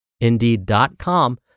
Indeed.com